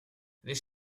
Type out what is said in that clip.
this